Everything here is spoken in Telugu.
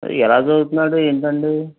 ఎలా చదువుతూన్నాడు ఏంటండి